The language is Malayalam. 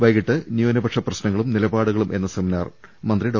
വൈകീട്ട് ന്യൂനപക്ഷ പ്രശ്നങ്ങളും നിലപാടുകളും എന്ന സെമിനാർ മന്ത്രി ഡോ